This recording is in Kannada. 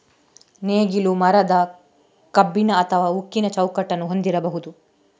ನೇಗಿಲು ಮರದ, ಕಬ್ಬಿಣ ಅಥವಾ ಉಕ್ಕಿನ ಚೌಕಟ್ಟನ್ನು ಹೊಂದಿರಬಹುದು